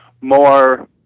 more